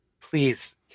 please